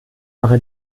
mache